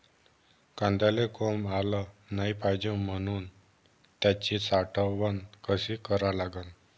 कांद्याले कोंब आलं नाई पायजे म्हनून त्याची साठवन कशी करा लागन?